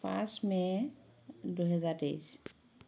পাঁচ মে' দুহেজাৰ তেইছ